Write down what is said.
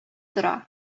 тора